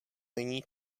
není